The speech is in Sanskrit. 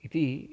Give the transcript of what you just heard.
इति